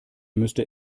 müsste